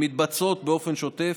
שמתבצעות באופן שוטף,